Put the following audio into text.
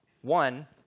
One